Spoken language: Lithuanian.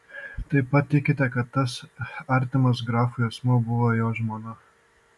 taip pat tikite kad tas artimas grafui asmuo buvo jo žmona